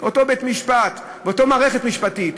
אותו בית-משפט ואותה מערכת משפטית,